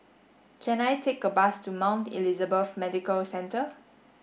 can I take a bus to Mount Elizabeth Medical Centre